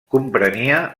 comprenia